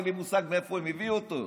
אין לי מושג מאיפה הם הביאו אותו,